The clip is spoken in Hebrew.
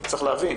צריך להבין,